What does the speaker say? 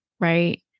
right